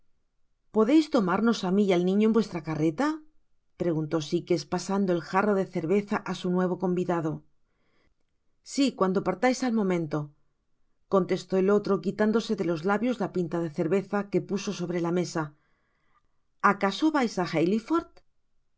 podeis tomarnos á mi y al niño en vuestra carreta preguntó sites pasando el jarro de cerveza á su nuevo convidado si cuando partais al momento contestó el otro quitándose de los labios la pinta de cerveza que puso sjbre la mesaacaso vais á